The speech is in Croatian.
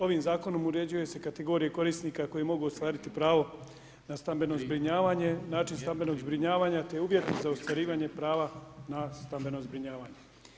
Ovim zakonom uređuje se kategorija korisnika koji mogu ostvariti pravo na stambeno zbrinjavanje, način stambenog zbrinjavanja te uvjeti za ostvarivanje prava na stambeno zbrinjavanje.